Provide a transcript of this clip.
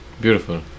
Beautiful